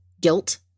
guilt